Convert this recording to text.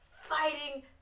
fighting